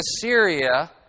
Assyria